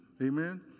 Amen